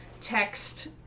text